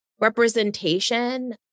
representation